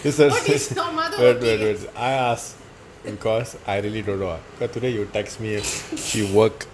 is err is sorry sorry sorry I ask because I really don't know cause today you text me she work